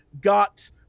got